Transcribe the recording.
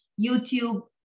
YouTube